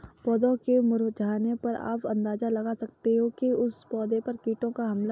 पौधों के मुरझाने पर आप अंदाजा लगा सकते हो कि उस पौधे पर कीटों का हमला हो गया है